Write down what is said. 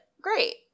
great